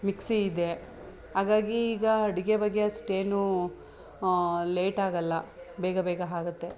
mixie ಇದೆ ಹಾಗಾಗಿ ಈಗ ಅಡುಗೆ ಬಗ್ಗೆ ಅಷ್ಟೇನೂ ಲೇಟಾಗೋಲ್ಲ ಬೇಗ ಬೇಗ ಆಗುತ್ತೆ